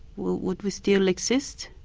would we still exist?